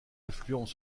affluents